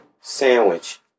Sandwich